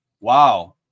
Wow